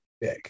big